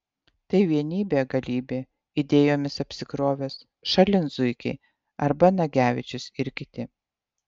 tai vienybė galybė idėjomis apsikrovęs šalin zuikiai arba nagevičius ir kiti